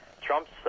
Trump's